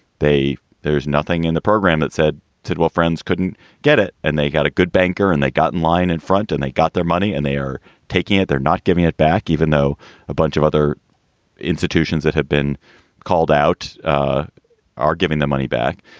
they there's nothing in the program that said sidwell friends couldn't get it. and they got a good banker and they got in line in front and they got their money and they are taking it. they're not giving it back, even though a bunch of other institutions that have been called out are giving the money back.